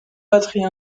batterie